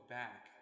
back